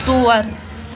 ژور